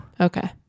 okay